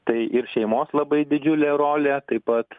tai ir šeimos labai didžiulė rolė taip pat